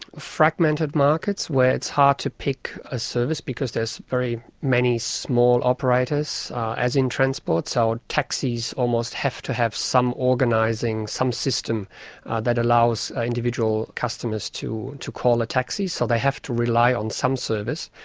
fragmented markets where it's hard to pick a service because there's very many small operators, as in transport. so taxis almost have to have some organising, some system that allows individual customers to to call a taxi, so they have to rely on some service.